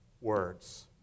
words